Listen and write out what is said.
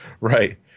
Right